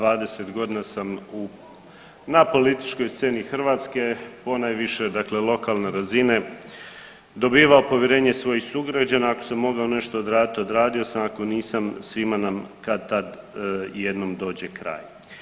20 godina sam u, na političkoj sceni Hrvatske, ponajviše dakle lokalne razine, dobivao povjerenje svojih sugrađana, ako sam mogao nešto odraditi, odradio sam, ako nisam, svima nam kad-tad jednom dođe kraj.